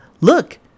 look